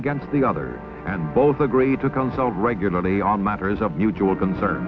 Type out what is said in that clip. against the other and both agreed to consult regularly on matters of mutual concern